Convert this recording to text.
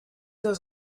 das